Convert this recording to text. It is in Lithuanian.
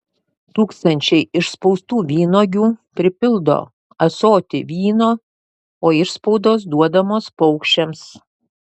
tūkstančiai išspaustų vynuogių pripildo ąsotį vyno o išspaudos duodamos paukščiams